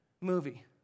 movie